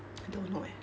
I don't know eh